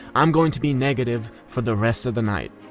i'm going to be negative for the rest of the night.